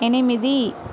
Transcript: ఎనిమిది